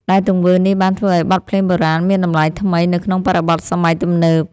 ដែលទង្វើនេះបានធ្វើឱ្យបទភ្លេងបុរាណមានតម្លៃថ្មីនៅក្នុងបរិបទសម័យទំនើប។